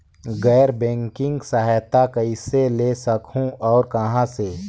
गैर बैंकिंग सहायता कइसे ले सकहुं और कहाँ से?